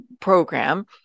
program